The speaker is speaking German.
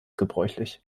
gebräuchlich